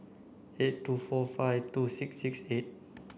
eight two four five two six six eight